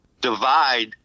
divide